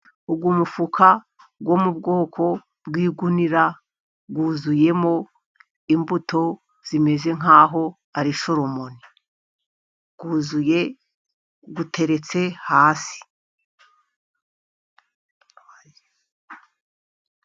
Uyu mufuka wo mu bwoko bw'igunira, wuzuyemo imbuto zimeze nk'aho arisholomoni, uruzuye uteretse hasi.